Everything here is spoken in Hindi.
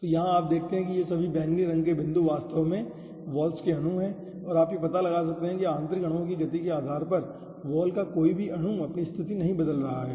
तो यहाँ आप देखते हैं कि ये सभी बैंगनी रंग के बिंदु वास्तव में वाल्स के अणु हैं और आप यह पता लगा सकते हैं कि आंतरिक अणुओं की गति के कारण वॉल का कोई भी अणु अपनी स्थिति नहीं बदल रहा है